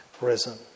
risen